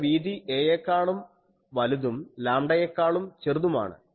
ഇവിടെ വീതി a യെക്കാളും വലുതും ലാംഡായെക്കാളും ചെറുതുമാണ്